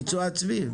ביצוע עצמי.